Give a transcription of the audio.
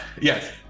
yes